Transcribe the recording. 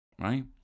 Right